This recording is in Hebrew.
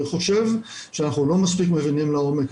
אני חושב שאנחנו לא מספיק מבינים לעומק.